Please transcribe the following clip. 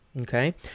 okay